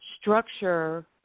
structure